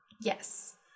Yes